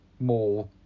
more